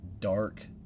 dark